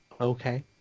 Okay